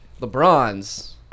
LeBron's